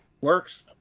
Works